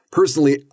Personally